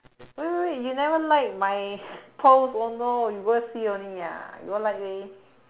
wait wait wait you never like my post oh no you go and see only ah you go like leh